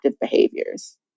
behaviors